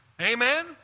Amen